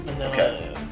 Okay